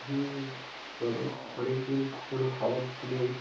হুম বলুন অনেক দিন কোনো খবর নেই